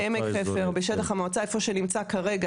בעמק חפר, בשטח המועצה, איפה שנמצא כרגע